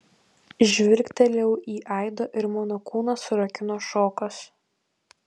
žvilgtelėjau į aido ir mano kūną surakino šokas